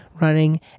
running